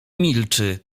milczy